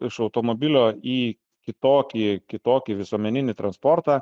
iš automobilio į kitokį kitokį visuomeninį transportą